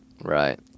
right